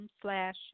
slash